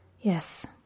Yes